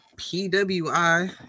PWI